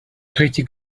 pretty